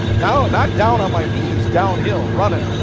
no not down on my knees downhill running.